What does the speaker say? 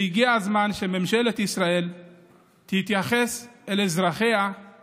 הגיע הזמן שממשלת ישראל תתייחס אל אזרחיה כאל